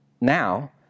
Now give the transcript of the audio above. now